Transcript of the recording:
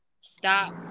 stop